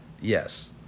Yes